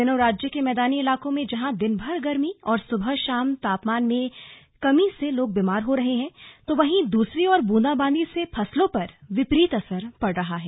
इन दिनों राज्य के मैदानी इलाकों में जहां दिनभर गर्मी और सुबह शाम तापमान में कमी से लोग बीमार हो रहें है तो वहीं दूसरी ओर ब्रंदाबांदी से फसलों पर विपरीत असर पड़ रहा है